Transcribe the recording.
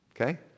okay